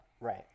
Right